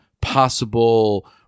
possible